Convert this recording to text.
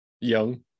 Young